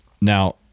now